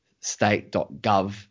state.gov